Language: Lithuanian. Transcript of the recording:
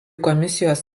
komisijos